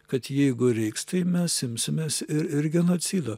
kad jeigu reiks tai mes imsimės ir genocido